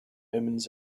omens